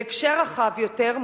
בהקשר רחב יותר,